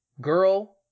Girl